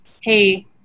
hey